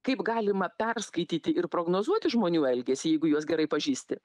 kaip galima perskaityti ir prognozuoti žmonių elgesį jeigu juos gerai pažįsti